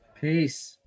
Peace